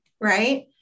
right